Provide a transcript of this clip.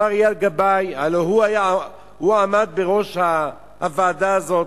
מר אייל גבאי, הלוא הוא עמד בראש הוועדה הזאת,